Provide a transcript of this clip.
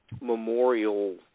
memorial